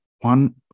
One